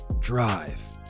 drive